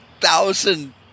thousand